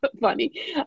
funny